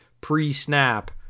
pre-snap